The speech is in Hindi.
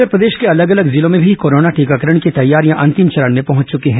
उधर प्रदेश के अलग अलग जिलों में भी कोरोना टीकाकरण की तैयारियां अंतिम चरण में पहुंच चुकी है